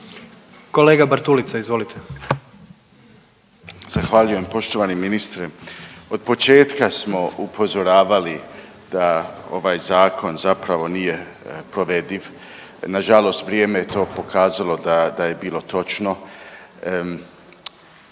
Stephen Nikola (DP)** Zahvaljujem poštovani ministre. Od početka smo upozoravali da ovaj Zakon zapravo nije provediv. Nažalost vrijeme je to pokazalo da je bilo točno.